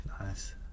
Nice